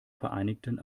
vereinigten